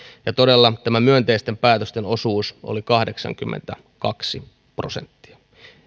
ja todella tämä myönteisten päätösten osuus oli kahdeksankymmentäkaksi prosenttia